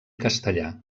castellà